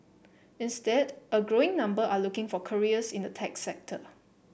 instead a growing number are looking for careers in the tech sector